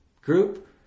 group